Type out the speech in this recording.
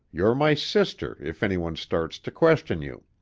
you're my sister if anyone starts to question you.